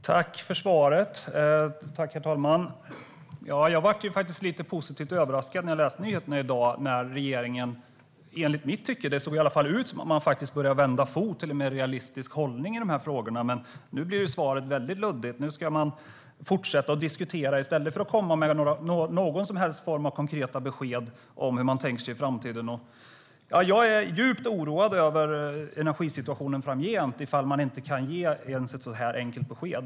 Herr talman! Tack för svaret, energiministern! Jag blev faktiskt lite positivt överraskad när jag läste nyheterna i dag. Enligt min mening såg det ut som om regeringen började byta fot till en mer realistisk hållning i de här frågorna. Men nu blev svaret väldigt luddigt. Nu ska man fortsätta diskutera i stället för att komma med någon som helst av konkreta besked om hur man tänker sig framtiden. Jag är djupt oroad över energisituationen framgent om man inte kan ge ens ett sådant enkelt besked.